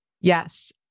Yes